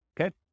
Okay